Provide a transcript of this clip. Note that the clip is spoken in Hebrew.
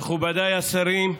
מכובדיי השרים,